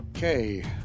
Okay